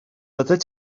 byddet